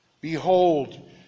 Behold